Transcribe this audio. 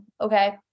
Okay